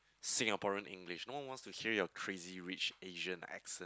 Singaporean English no one wants to hear your Crazy Rich Asian accent